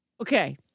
Okay